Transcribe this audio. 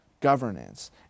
governance